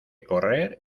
correr